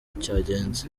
cyagenze